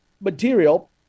material